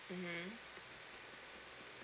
mmhmm